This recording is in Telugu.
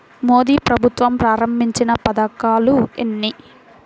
మోదీ ప్రభుత్వం ప్రారంభించిన పథకాలు ఎన్ని?